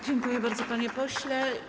Dziękuję bardzo, panie pośle.